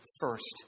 first